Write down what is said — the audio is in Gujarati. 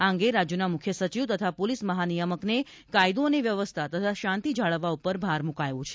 આ અંગે રાજ્યોના મુખ્ય સચિવ તથા પોલીસ મહાનિયામકને કાયદો અને વ્યવસ્થા તથા શાંતિ જાળવવા પર ભાર મ્રકાયો છે